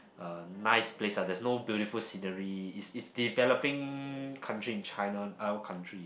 uh nice place ah there's no beautiful scenery is is developing country in China country